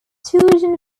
tuition